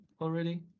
already